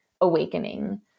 awakening